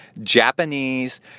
Japanese